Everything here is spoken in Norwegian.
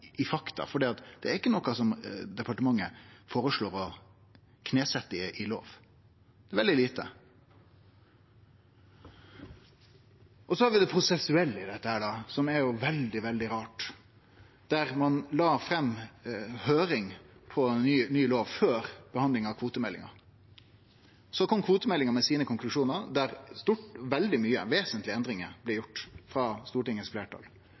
fakta, for det er ikkje noko departementet føreslår å knesetje i lov. Det er veldig lite. Og så har vi det prosessuelle i dette, som er veldig, veldig rart, der ein la fram høyring på ny lov før behandlinga av kvotemeldinga. Så kom kvotemeldinga med sine konklusjonar, der veldig mykje, vesentlege endringar, blei gjorde frå